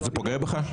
זה פוגע בך?